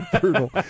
Brutal